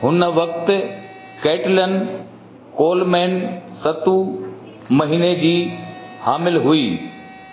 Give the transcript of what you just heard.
हुन वक़्तु Caitlin Coleman सत महीने जी हामिल हुई